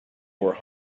were